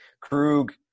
Krug